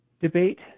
debate